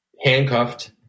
handcuffed